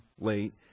late